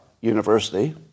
University